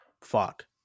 fuck